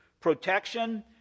Protection